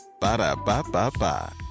Ba-da-ba-ba-ba